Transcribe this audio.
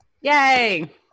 Yay